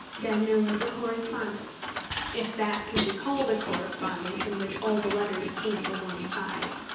then there was a correspondence if that can be called a correspondence in which all the letters came from one side.